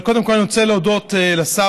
אבל קודם כול אני רוצה להודות לשר,